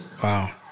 Wow